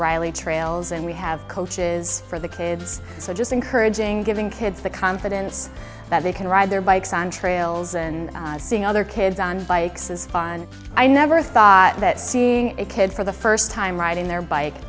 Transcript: riley trails and we have coaches for the kids so just encouraging giving kids the confidence that they can ride their bikes on trails and seeing other kids on bikes is fine i never thought that seeing a kid for the first time riding their bike